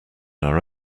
our